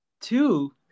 Two